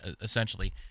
essentially